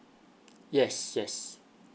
yes yes